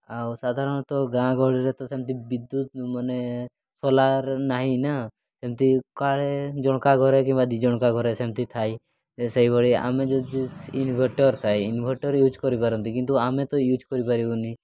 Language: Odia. ଆଉ ସାଧାରଣତଃ ଗାଁ ଗହଳିରେ ତ ସେମିତି ବିଦ୍ୟୁତ୍ ମାନେ ସୋଲାର୍ ନାହିଁ ନା ସେମିତି କାଳେ ଜଣଙ୍କ ଘରେ କିମ୍ବା ଦୁଇ ଜଣଙ୍କ ଘରେ ସେମିତି ଥାଇ ସେହିଭଳି ଆମେ ଯଦି ଇନ୍ଭଟର୍ ଥାଏ ଇନ୍ଭଟର୍ ୟୁଜ୍ କରିପାରନ୍ତି କିନ୍ତୁ ଆମେ ତ ୟୁଜ୍ କରିପାରିବୁନି